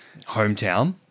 hometown